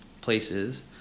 places